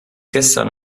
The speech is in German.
gestern